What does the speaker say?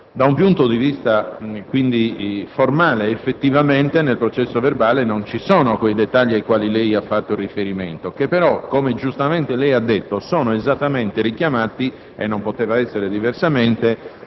Da un punto vista formale, nel processo verbale non ci sono i dettagli ai quali lei ha fatto riferimento, che però - come giustamente ha ricordato - sono esattamente richiamati - e non poteva essere diversamente